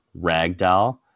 ragdoll